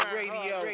radio